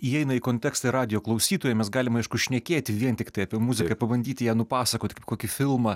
įeina į kontekstą radijo klausytojam mes galim aišku šnekėti vien tiktai apie muziką pabandyti ją nupasakoti kaip kokį filmą